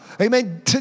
Amen